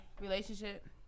relationship